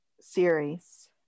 series